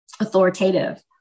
authoritative